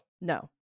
No